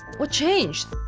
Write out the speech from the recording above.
what changed?